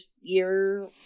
year